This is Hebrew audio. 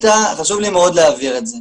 חשוב לי מאוד להבהיר את זה,